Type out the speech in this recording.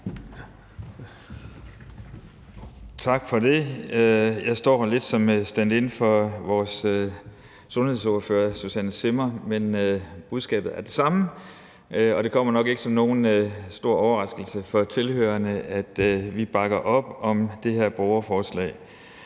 Tak for det. Jeg står her lidt som standin for vores sundhedsordfører, Susanne Zimmer, men budskabet er det samme, og det kommer nok ikke som nogen stor overraskelse for tilhørerne, at vi bakker op om det her borgerforslag.